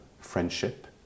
friendship